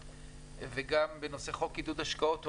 וגם בנושא חוק עידוד השקעות הון,